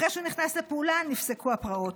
אחרי שהוא נכנס לפעולה, נפסקו הפרעות.